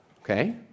okay